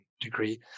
degree